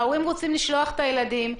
ההורים רוצים לשלוח את הילדים.